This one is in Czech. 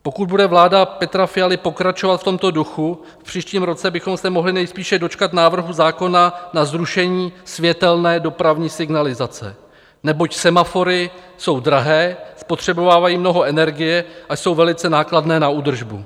Pokud bude vláda Petra Fialy pokračovat v tomto duchu, v příštím roce bychom se mohli nejspíše dočkat návrhu zákona na zrušení světelné dopravní signalizace, neboť semafory jsou drahé, spotřebovávají mnoho energie a jsou velice nákladné na údržbu.